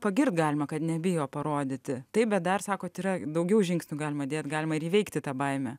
pagirt galima kad nebijo parodyti taip bet dar sakot yra daugiau žingsnių galima dėt galima ir įveikti tą baimę